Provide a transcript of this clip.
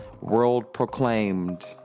world-proclaimed